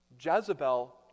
Jezebel